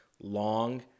long